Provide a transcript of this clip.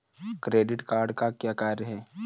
Credit card का क्या कार्य है?